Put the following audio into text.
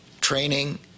training